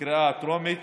בקריאה הטרומית,